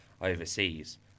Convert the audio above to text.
overseas